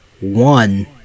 one